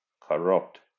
corrupt